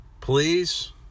Please